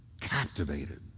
captivated